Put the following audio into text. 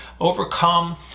overcome